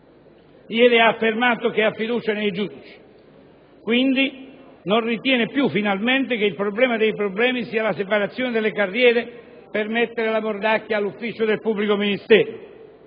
Ieri ha affermato che ha fiducia nei giudici. Quindi, non ritiene più, finalmente, che il problema dei problemi sia la separazione delle carriere per mettere la mordacchia all'ufficio del pubblico ministero.